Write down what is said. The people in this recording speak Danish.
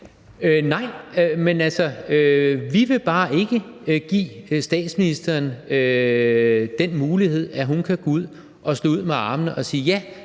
Nej, men altså, vi vil bare ikke give statsministeren den mulighed, at hun kan gå ud og slå ud med armene og sige: